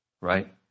Right